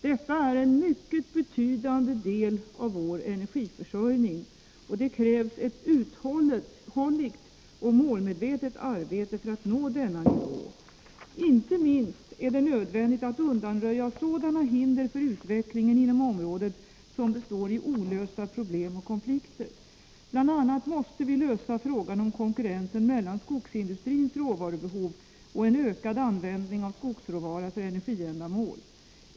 Detta är en mycket betydande del av vår energiförsörjning. Det krävs ett uthålligt och målmedvetet arbete för att nå denna nivå. Inte minst är det nödvändigt att undanröja sådana hinder för utvecklingen inom området som består i olösta problem och konflikter. Bl. a. måste vi lösa frågan om konkurrensen mellan skogsindustrins råvarubehov och en ökad användning av skogsråvara för energiändamål.